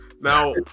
Now